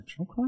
Okay